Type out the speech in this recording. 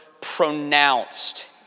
pronounced